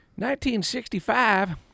1965